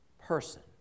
person